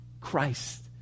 Christ